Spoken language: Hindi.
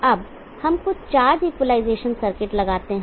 अब हम कुछ चार्ज इक्वलाइजेशन सर्किट लगाते हैं